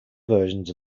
versions